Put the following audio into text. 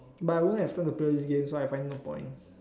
but I won't have time to play these games so I find no point